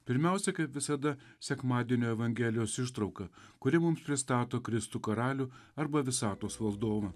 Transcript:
pirmiausiai kaip visada sekmadienio evangelijos ištrauka kuri mums pristato kristų karalių arba visatos valdovą